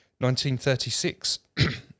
1936